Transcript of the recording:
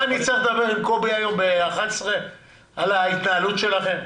אני צריך לדבר היום עם קובי על ההתנהלות שלכם.